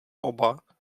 oba